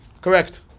Correct